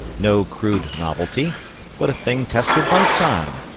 no crude novelty but a thing tested by time,